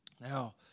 now